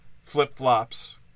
flip-flops